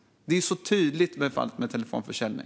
Det är tydligt i fallet med telefonförsäljning.